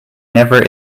never